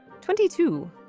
Twenty-two